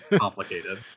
complicated